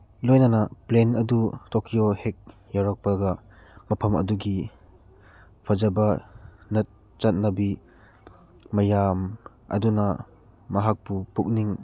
ꯂꯣꯏꯅꯅ ꯄ꯭ꯂꯦꯟ ꯑꯗꯨ ꯇꯣꯀꯤꯌꯣ ꯍꯦꯛ ꯌꯧꯔꯛꯄꯒ ꯃꯐꯝ ꯑꯗꯨꯒꯤ ꯐꯖꯕ ꯆꯠꯅꯕꯤ ꯃꯌꯥꯝ ꯑꯗꯨꯅ ꯃꯍꯥꯛꯄꯨ ꯄꯨꯛꯅꯤꯡ